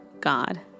God